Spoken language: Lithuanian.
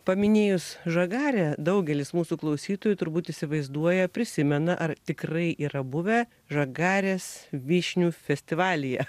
paminėjus žagarę daugelis mūsų klausytojų turbūt įsivaizduoja prisimena ar tikrai yra buvę žagarės vyšnių festivalyje